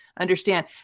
understand